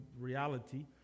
reality